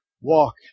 Walk